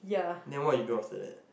then what you do after that